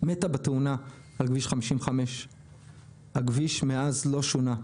מתה בתאונה על כביש 55. הכביש מאז לא שונה.